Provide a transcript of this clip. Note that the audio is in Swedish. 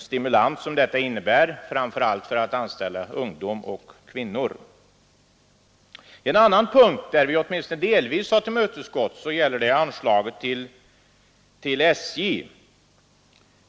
Det är värdefullt med den stimulans som femkronan innebär för att anställa ungdomar och kvinnor. En annan punkt, där vi åtminstone delvis har tillmötesgåtts, är anslaget till SJ.